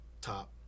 top